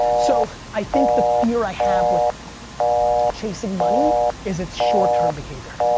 so i think the fear i have with chasing money is it's short term behavior.